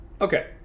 Okay